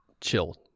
chill